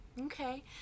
Okay